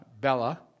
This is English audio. Bella